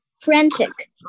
Frantic